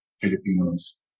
Filipinos